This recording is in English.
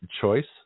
choice